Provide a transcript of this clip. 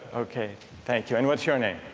okay thanks you, and what's your name?